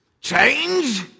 Change